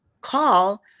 call